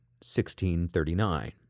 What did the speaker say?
1639